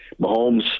Mahomes